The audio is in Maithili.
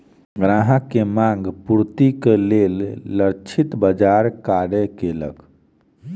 ग्राहक के मांग पूर्तिक लेल लक्षित बाजार कार्य केलक